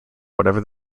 whatever